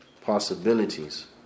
possibilities